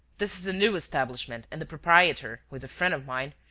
this is a new establishment and the proprietor, who is a friend of mine,